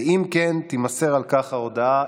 ואם כן, תימסר על כך ההודעה.